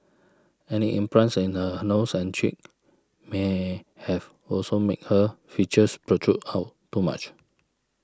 any implants in her nose and chin may have also made her features protrude out too much